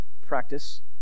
practice